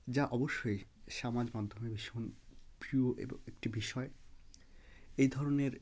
যা অবশ্যই সমাজ মাধ্যমে ভীষণ প্রিয় এবং একটি বিষয় এই ধরনের